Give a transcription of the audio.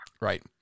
Right